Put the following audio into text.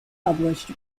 published